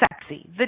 sexy